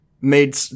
made